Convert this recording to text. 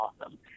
awesome